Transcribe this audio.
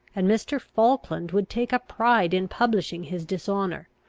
and mr. falkland would take a pride in publishing his dishonour.